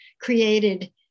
created